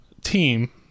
team